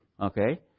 okay